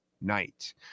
night